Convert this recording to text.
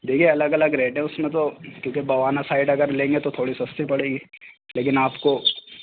دیکھیے الگ الگ رہتا ہے اس میں تو کیوں کہ بوانا سائڈ اگر لیں گے تو تھوڑی سستی پڑے گی لیکن آپ کو